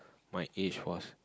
my age was